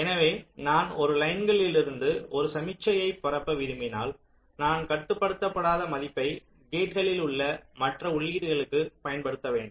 எனவே நான் ஒரு லைன்களிருந்து ஒரு சமிக்ஞையை பரப்ப விரும்பினால் நான் கட்டுப்படுத்தாத மதிப்பை கேட்களில் உள்ள மற்ற உள்ளீடுகளுக்குப் பயன்படுத்த வேண்டும்